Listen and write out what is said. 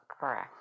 Correct